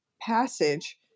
passage